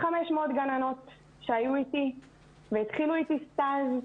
500 גננות שהיו איתי והתחילו איתי סטאז'.